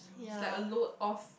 is like a loop of